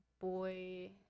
boy